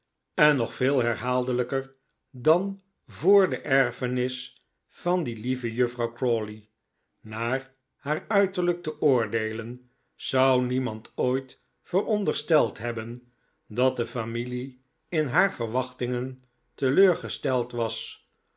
en nog veel herhaaldelijker dan voor de erfenis van die lieve juffrouw crawley naar haar uiterlijk te oordeelen zou niemand ooit verondersteld hebben dat de familie in haar verwachtingen teleurgesteld was